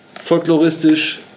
folkloristisch